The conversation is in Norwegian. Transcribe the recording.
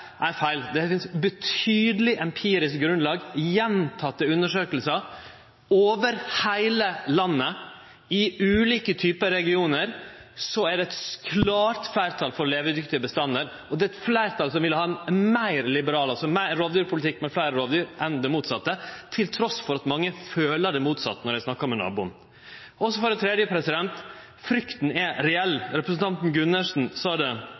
feil. Det er eit betydeleg empirisk grunnlag frå gjentekne undersøkingar for at det over heile landet, i ulike typar regionar, er eit klart fleirtal for levedyktige bestandar. Og det er eit fleirtal som vil ha ein meir liberal rovdyrpolitikk, altså ein rovdyrpolitikk med fleire rovdyr, enn det motsette, trass i at mange føler det motsette når dei snakkar med naboen. For det tredje er frykta reell. Representanten Gundersen sa det